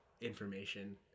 information